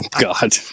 God